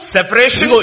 Separation